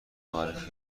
معرفی